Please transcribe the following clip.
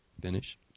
finish